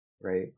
right